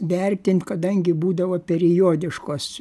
vertint kadangi būdavo periodiškos